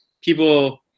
people